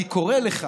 כי קורה לך